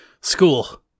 school